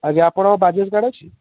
ଆଜ୍ଞା ଆପଣଙ୍କ ବାଜାଜ୍ କାର୍ଡ଼୍ ଅଛି